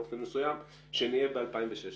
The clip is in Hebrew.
ולמעשה התחייבתם באופן מסוים שנהיה ב-2016.